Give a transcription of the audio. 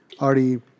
already